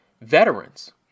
veterans